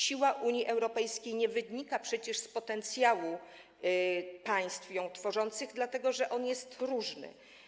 Siła Unii Europejskiej nie wynika przecież z potencjału państw ją tworzących, dlatego że on jest różny.